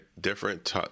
Different